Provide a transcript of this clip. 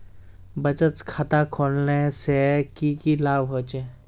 बचत खाता खोलने से की की लाभ होचे?